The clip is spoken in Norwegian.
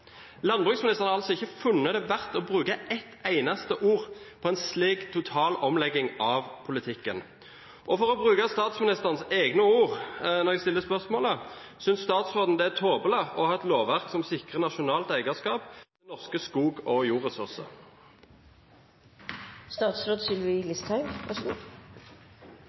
Landbruksministeren har altså ikke funnet det verdt å bruke et eneste ord på en slik total omlegging av politikken. Og for å bruke statsministerens egne ord når jeg stiller spørsmålet: Synes statsråden det er «tåpelig» å ha et lovverk som sikrer nasjonalt eierskap til norske skog- og jordressurser?